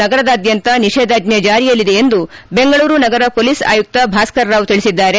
ನಗರದಾದ್ಯಂತ ನಿಷೇಧಾಜ್ಞೆ ಜಾರಿಯಲ್ಲಿದೆ ಎಂದು ಬೆಂಗಳೂರು ನಗರ ಪೊಲೀಸ್ ಆಯುಕ್ತ ಭಾಸ್ತರ್ ರಾವ್ ತಿಳಿಸಿದ್ದಾರೆ